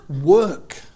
work